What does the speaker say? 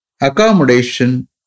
accommodation